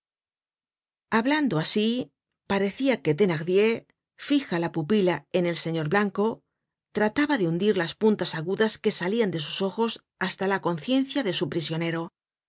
hablando asi parecia que thenarclier fija la pupila en el señor blanco trataba de hundir las puntas agudas que salian de sus ojos hasta la conciencia de su prisionero